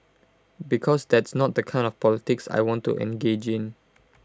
because that's not the kind of the politics I want to engage in